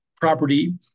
property